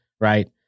right